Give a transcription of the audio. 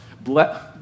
Bless